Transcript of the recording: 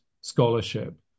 scholarship